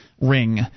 ring